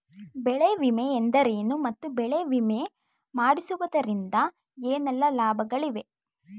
ಬೆಳೆ ವಿಮೆ ಎಂದರೇನು ಮತ್ತು ಬೆಳೆ ವಿಮೆ ಮಾಡಿಸುವುದರಿಂದ ಏನೆಲ್ಲಾ ಲಾಭಗಳಿವೆ?